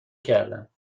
کردم